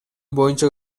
боюнча